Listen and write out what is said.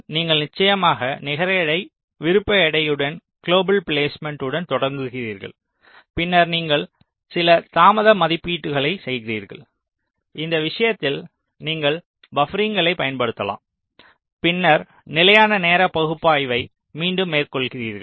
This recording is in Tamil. நீங்கள் நிச்சயமாக நிகர எடை விருப்ப நிகர எடையுடன் குளோபல் பிலேஸ்மேன்ட் உடன் தொடங்குகிறீர்கள் பின்னர் நீங்கள் சில தாமத மதிப்பீடுகளை செய்கிறீர்கள் இந்த விஷயத்தில் நீங்கள் பப்பரிங்களைப் பயன்படுத்தலாம் பின்னர் நிலையான நேர பகுப்பாய்வை மீண்டும் மேற்கொள்கிறீர்கள்